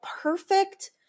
perfect